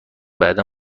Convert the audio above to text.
بعدا